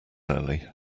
early